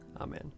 Amen